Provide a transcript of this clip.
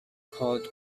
called